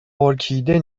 ارکیده